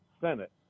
Senate